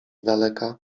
daleka